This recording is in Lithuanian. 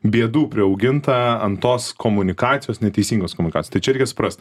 bėdų priauginta ant tos komunikacijos neteisingos komunikacijos tai čia reikia suprast